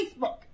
Facebook